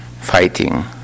fighting